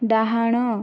ଡାହାଣ